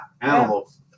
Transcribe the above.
animals